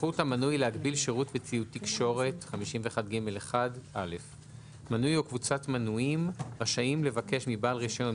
"זכות המנוי להגביל שירות וציוד תקשורת 51ג1. (א)מנוי או קבוצת מנויים רשאים לבקש מבעל רישיון,